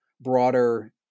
broader